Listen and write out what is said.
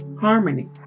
harmony